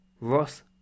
Ross